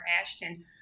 Ashton